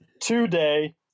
Today